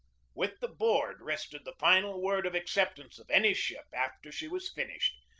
with the board rested the final word of acceptance of any ship after she was finished.